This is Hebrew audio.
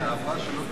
תודה.